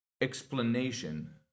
explanation